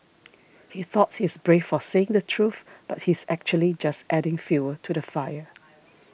he thought he's brave for saying the truth but he's actually just adding fuel to the fire